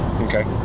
Okay